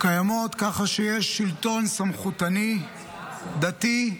קיימות ככה שיש שלטון סמכותני, דתי,